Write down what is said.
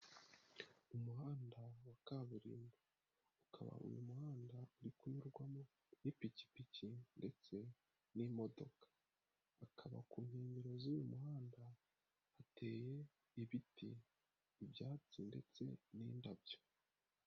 Umuhanda wa kaburimbo ukaba uyu muhanda uri kunyurwamo n'ipikipiki ndetse n'imodoka, akaba ku nkengero z'uyu muhanda hateye ibiti, ibyatsi ndetse n'indabyo.